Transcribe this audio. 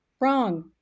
Wrong